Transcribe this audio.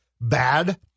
bad